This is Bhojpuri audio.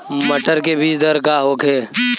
मटर के बीज दर का होखे?